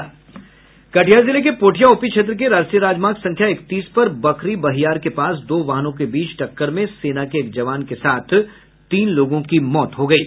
कटिहार जिले के पोठिया ओपी क्षेत्र के राष्ट्रीय राजमार्ग संख्या इकतीस पर बखरी बहियार के पास दो वाहनों के बीच टक्कर में सेना के एक जवान के साथ तीन लोगों की मौत हो गयी